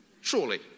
surely